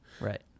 right